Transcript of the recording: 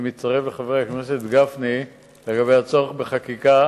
אני מצטרף לחבר הכנסת גפני לגבי הצורך בחקיקה,